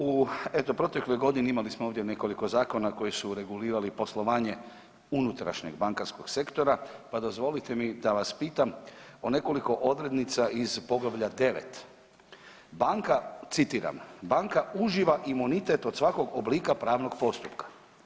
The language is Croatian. U eto, protekloj godini, imali smo ovdje nekoliko zakona koji su regulirali poslovanje unutrašnjeg bankarskog sektora pa dozvolite mi da vas pitam o nekoliko odrednica iz poglavlja 9. Banka, citiram, banka uživa imunitet od svakog oblika pravnog postupka.